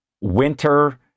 winter